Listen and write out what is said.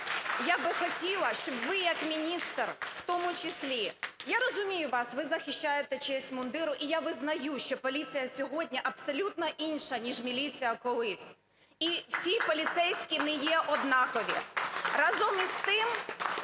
Я би хотіла, щоб ви як міністр в тому числі... Я розумію вас, ви захищаєте честь мундиру, і я визнаю, що поліція сьогодні абсолютно інша, ніж міліція колись, і всі поліцейські не є однакові. Разом із тим